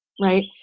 right